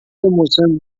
مسن